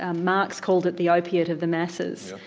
ah marx called it the opiate of the masses.